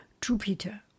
Jupiter